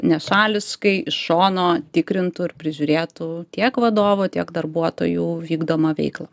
nešališkai iš šono tikrintų ir prižiūrėtų tiek vadovo tiek darbuotojų vykdomą veiklą